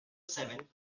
seven